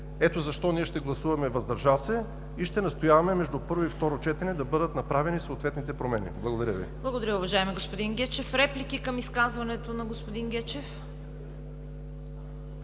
Ето защо ние ще гласуваме „въздържал се“ и ще настояваме между първо и второ четене да бъдат направени съответните промени. Благодаря Ви. ПРЕДСЕДАТЕЛ ЦВЕТА КАРАЯНЧЕВА: Благодаря Ви, уважаеми господин Гечев. Реплики към изказването на господин Гечев?